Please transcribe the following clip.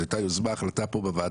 זו הייתה החלטה פה בוועדה,